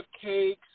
cakes